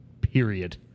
Period